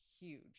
huge